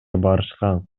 барышкан